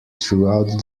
throughout